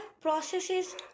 processes